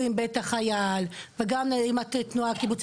עם בית החייל וגם עם התנועה הקיבוצית.